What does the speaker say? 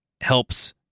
helps